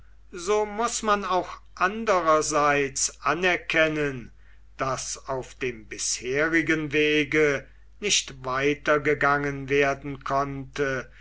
so muß man auch andererseits anerkennen daß auf dem bisherigen wege nicht weitergegangen werden konnte